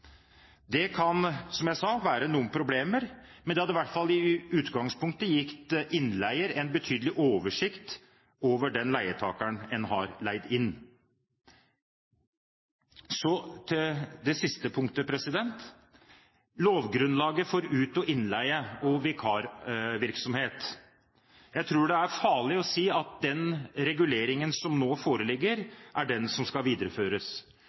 Det kan, som jeg sa, være noen problemer, men det hadde i hvert fall i utgangspunktet gitt innleier en betydelig oversikt over den leietakeren en har leid inn. Så til det siste punktet: lovgrunnlaget for ut- og innleie og vikarvirksomhet. Jeg tror det er farlig å si at den reguleringen som nå foreligger, er den som skal videreføres.